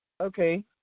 Okay